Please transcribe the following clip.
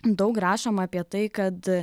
daug rašoma apie tai kad